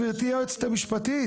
גברתי היועצת המשפטית,